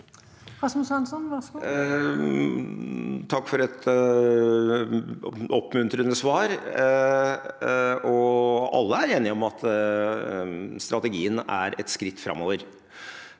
Takk for et oppmuntrende svar. Alle er enige om at strategien er et skritt framover.